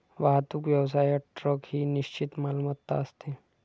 वाहतूक व्यवसायात ट्रक ही निश्चित मालमत्ता असते